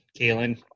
Kalen